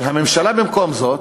אבל הממשלה, במקום זאת,